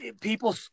people